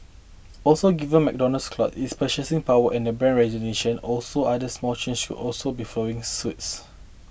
also given McDonald's clout its purchasing power and brand recognition also other small chains should also be following suits